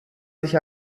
sich